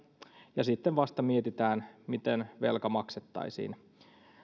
ja sitten vasta mietitään miten velka maksettaisiin